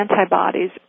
antibodies